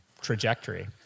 trajectory